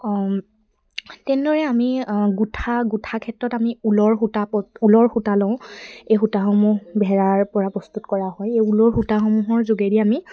তেনেদৰে আমি গোঠা গোঠা ক্ষেত্ৰত আমি ঊলৰ সূতা প ঊলৰ সূতা লওঁ এই সূতাসমূহ ভেৰাৰ পৰা প্ৰস্তুত কৰা হয় এই ঊলৰ সূতাসমূহৰ যোগেদি আমি